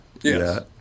Yes